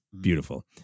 beautiful